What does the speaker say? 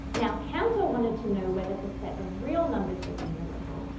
now cantor wanted to know whether the set of real numbers was enumerable.